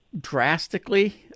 drastically